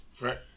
Right